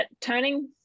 turning